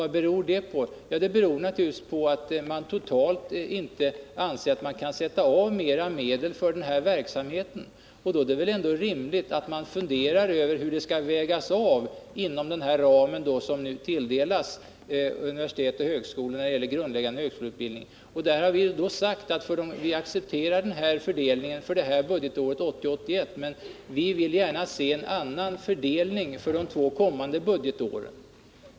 Det beror naturligtvis på att man inte anser att man totalt kan avsätta mer medel för den här verksamheten. Då är det väl ändå rimligt att man funderar över vilken avvägning man skall göra inom den ram som nu tilldelas universitet och högskolor när det gäller den grundläggande utbildningen. Vi har då sagt att vi accepterar den här fördelningen för budgetåret 1980/81 men att vi gärna vill se en annan fördelning för de två följande budgetåren.